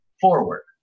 forward